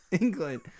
England